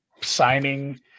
signing